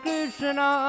Krishna